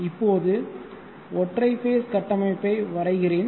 இப்போது ஒற்றை ஃபேஸ் கட்டமைப்பை வரைகிறேன்